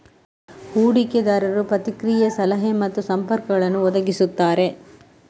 ಹೂಡಿಕೆದಾರರು ಪ್ರತಿಕ್ರಿಯೆ, ಸಲಹೆ ಮತ್ತು ಸಂಪರ್ಕಗಳನ್ನು ಒದಗಿಸುತ್ತಾರೆ